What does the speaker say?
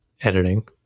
editing